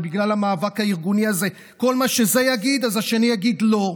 ובגלל המאבק הארגוני הזה כל מה שזה יגיד אז השני יגיד לא.